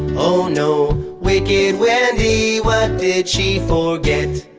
oh no, wicked wendy. what did she forget?